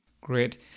Great